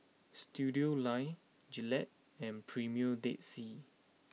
Studioline Gillette and Premier Dead Sea